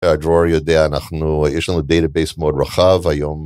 דרור יודע, אנחנו, יש לנו דטאבייס מאוד רחב היום.